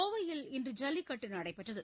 கோவையில் இன்று ஜல்லிக்கட்டு நடைபெற்றது